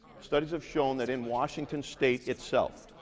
studies have shown that in washington state itself,